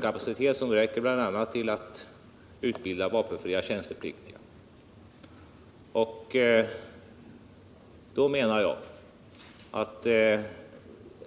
Den räcker bl.a. till för att utbilda vapenfria tjänstepliktiga.